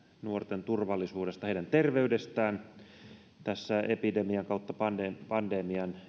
nuorten turvallisuudesta heidän terveydestään tämän epidemian tai pandemian